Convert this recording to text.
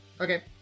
Okay